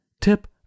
tip